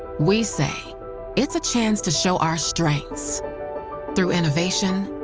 we say it's a chance to show our strengths through innovation,